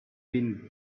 been